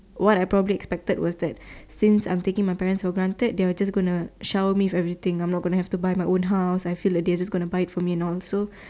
what I probably expected was that since I am taking my parents for granted they are just gonna showered me with everything I am not gonna have to buy my own house I feel like they are just gonna buy it for me and also